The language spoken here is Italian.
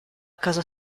casa